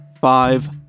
five